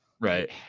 Right